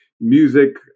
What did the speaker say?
music